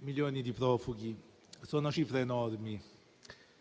milioni di profughi: sono cifre enormi,